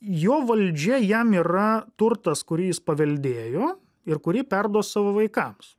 jo valdžia jam yra turtas kurį jis paveldėjo ir kurį perduos savo vaikams